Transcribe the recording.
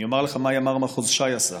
אני אומר לך מה ימ"ר מחוז ש"י עשה.